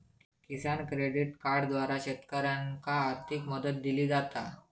किसान credit कार्डद्वारा शेतकऱ्यांनाका आर्थिक मदत दिली जाता